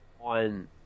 on